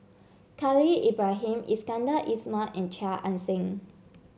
Khalil Ibrahim Iskandar Ismail and Chia Ann Siang